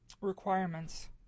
requirements